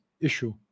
issue